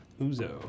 Uzo